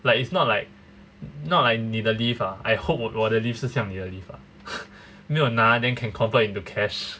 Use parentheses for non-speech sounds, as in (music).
like it's not like not like 你的 leave ah I hope 我我的 leave 是像你的 ah (breath) 没有那 then can convert into cash